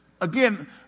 again